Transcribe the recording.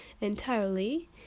entirely